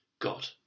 God